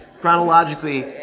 Chronologically